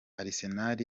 arsenal